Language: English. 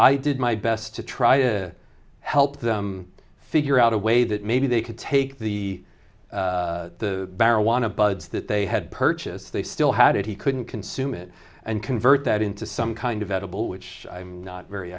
i did my best to try to help them figure out a way that maybe they could take the marijuana buds that they had purchased they still had it he couldn't consume it and convert that into some kind of edible which i'm not very